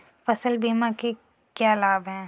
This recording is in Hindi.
फसल बीमा के क्या लाभ हैं?